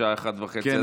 בשעה 01:30,